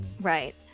right